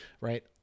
Right